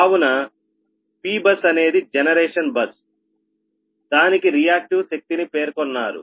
కావున P bus అనేది generation bus దానికి రియాక్టివ్ శక్తిని పేర్కొన్నారు